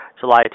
July